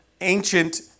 ancient